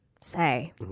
say